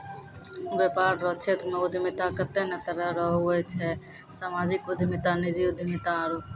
वेपार रो क्षेत्रमे उद्यमिता कत्ते ने तरह रो हुवै छै सामाजिक उद्यमिता नीजी उद्यमिता आरु